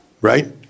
right